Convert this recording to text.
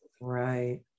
right